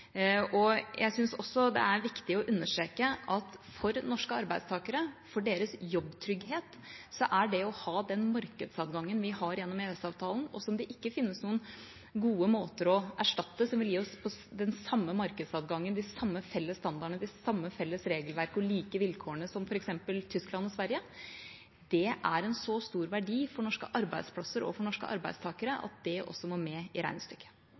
Jeg syns også det er viktig å understreke at for norske arbeidstakeres jobbtrygghet er den markedsadgangen vi har gjennom EØS-avtalen – som det ikke finnes noen gode måter å erstatte, og som vil gi oss den samme markedsadgangen, samme felles standard, samme felles regelverk og like vilkår som f.eks. Tyskland og Sverige – en så stor verdi for norske arbeidsplasser og norske arbeidstakere at det også må med i regnestykket.